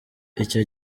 icyo